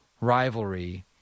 rivalry